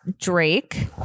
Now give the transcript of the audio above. drake